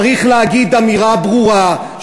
צריך להגיד אמירה ברורה,